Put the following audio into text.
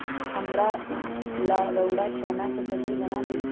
हमरा ला रउरा चना के सब्जि बना देम